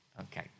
Okay